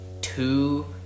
two